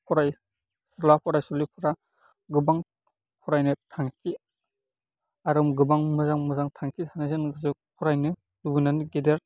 फरायसुला फरायसुलिफोरा गोबां फरायनो थांखि आरो गोबां मोजां मोजां थांखि थानायजों लोगोसे फरायनो लुबैनानै गेदेर